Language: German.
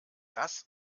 das